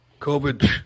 COVID